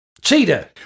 Cheetah